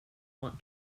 want